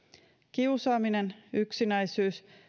kiusaaminen yksinäisyys